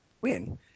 win